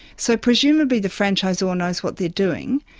so presumably the franchisor ah knows what they are doing.